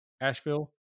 Asheville